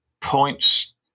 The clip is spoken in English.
points